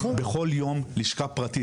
בכל יום, לשכה פרטית